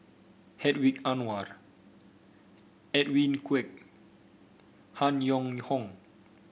Hedwig Anuar Edwin Koek Han Yong Hong